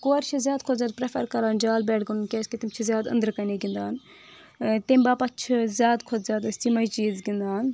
کورِ چھِ زیادٕ کھۄتہٕ زیادٕ پریفر کران جالہٕ بیٹ گِنٛدُن کیٛازِ کہِ تِم چھِ زیادٕ أندرٕ کنی گِنٛدان تمہِ باپتھ چھِ أسۍ زیادٕ کھۄتہٕ زیادٕ أسۍ یِمٕے چیٖز گِنٛدان